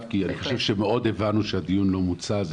כי אני חושב שמאוד הבנו שהדיון לא מוצה.